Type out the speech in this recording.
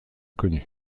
connu